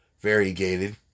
variegated